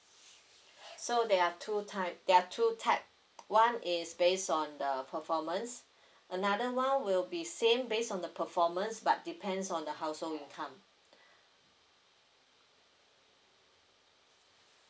so there are two t~ there are two type one is based on the the performance another one will be same based on the performance but depends on the household income